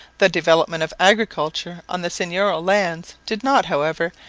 the development of agriculture on the seigneurial lands did not, however,